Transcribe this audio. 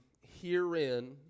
Herein